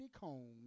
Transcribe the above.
Combs